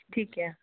ਠੀਕ ਹੈ